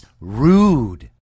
rude